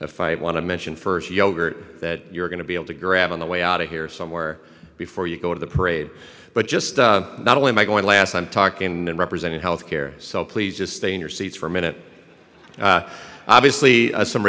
if i want to mention first yogurt that you're going to be able to grab on the way out of here somewhere before you go to the parade but just not only am i going last i'm talking and representing health care so please just stay in your seats for a minute obviously some